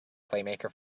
playmaker